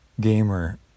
gamer